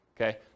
okay